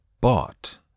bought